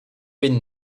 been